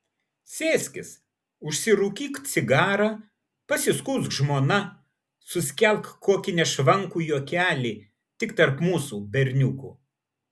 sėskis užsirūkyk cigarą pasiskųsk žmona suskelk kokį nešvankų juokelį tik tarp mūsų berniukų